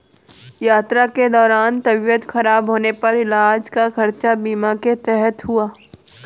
यात्रा के दौरान तबियत खराब होने पर इलाज का खर्च बीमा के तहत हुआ